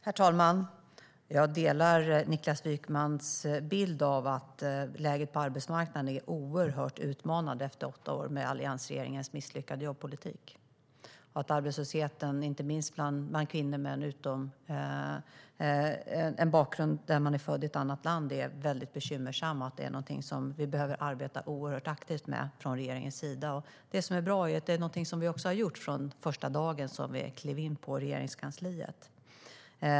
Herr talman! Jag delar Niklas Wykmans bild att läget på arbetsmarknaden är oerhört utmanande efter åtta år med alliansregeringens misslyckade jobbpolitik, att arbetslösheten inte minst bland kvinnor som är födda i andra länder är väldigt bekymmersam och att det är någonting vi måste arbeta oerhört aktivt med från regeringens sida. Det som är bra är att det är någonting vi har gjort sedan den första dagen vi klev in på Regeringskansliet.